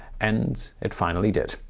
end it finally did.